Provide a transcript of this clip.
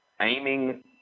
aiming